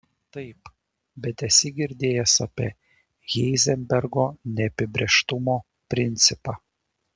taip bet esi girdėjęs apie heizenbergo neapibrėžtumo principą